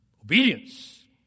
Obedience